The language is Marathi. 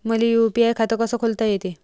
मले यू.पी.आय खातं कस खोलता येते?